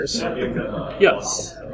Yes